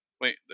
Wait